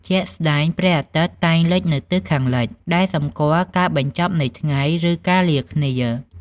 ជាក់ស្តែង ព្រះអាទិត្យតែងលិចនៅទិសខាងលិច ដែលសម្គាល់ការបញ្ចប់នៃថ្ងៃ ឬការលាគ្នា។